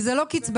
כי זו לא קצבה.